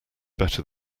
better